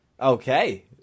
Okay